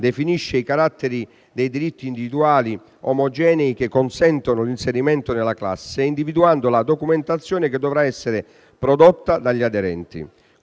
definisce i caratteri dei diritti individuali omogenei che consentono l'inserimento nella classe, individuando la documentazione che dovrà essere prodotta dagli aderenti.